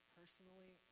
personally